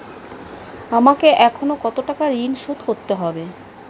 আমাকে এখনো কত টাকা ঋণ শোধ করতে হবে?